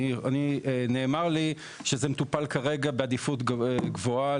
נאמר לי שזה מטופל כרגע בעדיפות גבוהה.